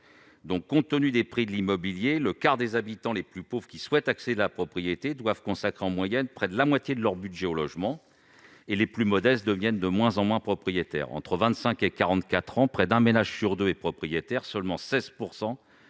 Compte tenu des prix de l'immobilier, le quart des habitants les plus pauvres qui souhaitent accéder à la propriété doivent consacrer, en moyenne, près de la moitié de leur budget au logement, et les plus modestes deviennent de moins en moins souvent propriétaires. Entre 25 et 44 ans, près d'un ménage sur deux est propriétaire, mais la